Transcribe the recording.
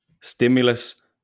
stimulus